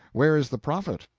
where is the profit?